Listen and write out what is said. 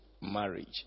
marriage